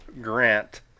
Grant